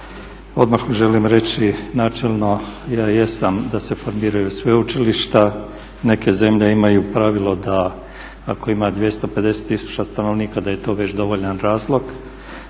Odmah želim reći načelno ja jesam da se formiraju sveučilišta. Neke zemlje imaju pravilo da ako ima 250 tisuća stanovnika da je to već dovoljan razlog.